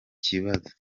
kibazo